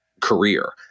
career